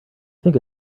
think